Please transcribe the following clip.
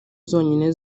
zonyine